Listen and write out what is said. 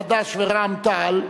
חד"ש ורע"ם-תע"ל,